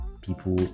people